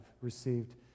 received